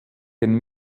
den